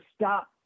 stop